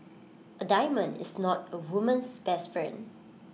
A diamond is not A woman's best friend